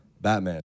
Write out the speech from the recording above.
Batman